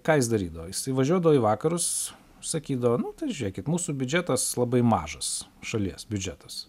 ką jis darydavo jisai važiuodavo į vakarus sakydavo nu tai žiūrėkit mūsų biudžetas labai mažas šalies biudžetas